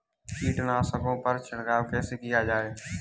कीटनाशकों पर छिड़काव कैसे किया जाए?